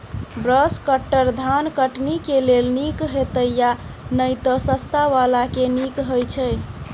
Brush cutter धान कटनी केँ लेल नीक हएत या नै तऽ सस्ता वला केँ नीक हय छै?